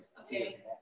Okay